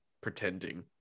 pretending